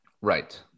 Right